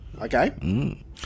okay